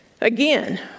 again